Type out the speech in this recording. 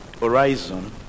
horizon